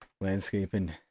Landscaping